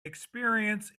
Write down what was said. experience